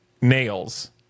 nails